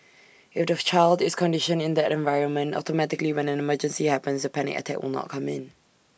if the of child is conditioned in that environment automatically when an emergency happens the panic attack will not come in